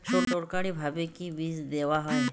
সরকারিভাবে কি বীজ দেওয়া হয়?